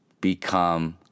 become